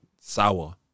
sour